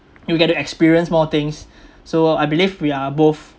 you get to experience more things so I believe we are both